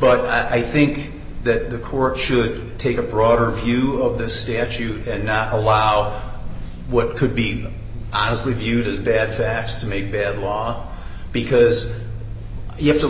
but i think that the court should take a broader view of this the actu and not allow what could be honestly viewed as bad facts to make bad law because you have to